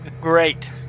great